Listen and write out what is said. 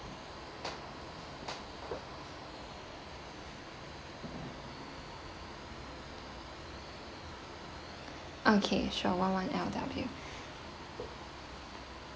okay sure one one L W